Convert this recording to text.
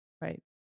Right